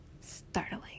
startling